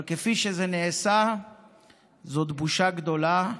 אבל כפי שזה נעשה זאת בושה גדולה.